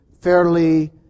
fairly